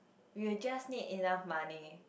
we'll just make enough money